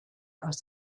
aus